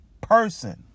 person